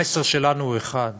המסר שלנו הוא אחד: